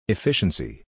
Efficiency